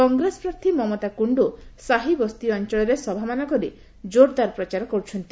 କଂଗ୍ରେସ ପ୍ରାର୍ଥୀ ମମତା କୁଣ୍ଡୁ ସାହି ବସ୍ତି ଅଞ୍ଞଳରେ ସଭାମାନ କରି ଜୋର୍ଦାର ପ୍ରଚାର କରୁଛନ୍ତି